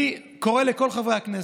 אני קורא לכל חברי הכנסת: